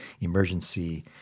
Emergency